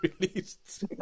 released